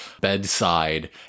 bedside